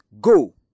Go